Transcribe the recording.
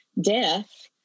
death